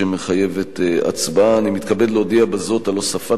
שמחייבת הצבעה: אני מתכבד להודיע בזאת על הוספת